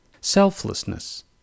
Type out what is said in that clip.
selflessness